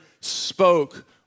spoke